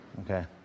Okay